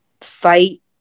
fight